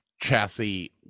chassis